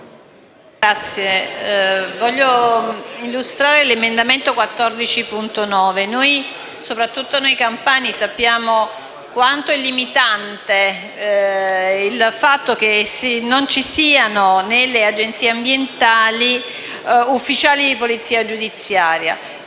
intervengo per illustrare l'emendamento 14.9. Soprattutto noi campani sappiamo quanto sia limitante il fatto che non ci siano nelle Agenzie ambientali ufficiali di polizia giudiziaria.